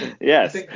Yes